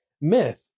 Myth